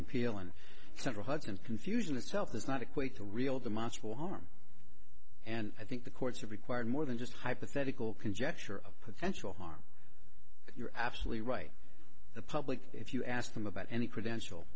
peel in central hudson confusion itself does not equate to real the much more harm and i think the courts are required more than just hypothetical conjecture of potential harm you're absolutely right the public if you ask them about any credential